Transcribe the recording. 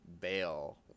bail